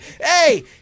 Hey